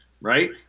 right